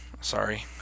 sorry